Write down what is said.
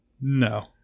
No